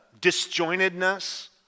disjointedness